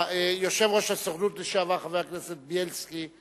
יושב-ראש הסוכנות לשעבר, חבר הכנסת בילסקי,